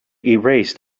erased